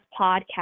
podcast